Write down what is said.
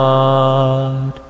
God